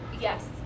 yes